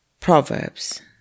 Proverbs